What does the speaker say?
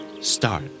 start